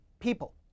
people